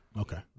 Okay